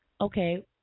Okay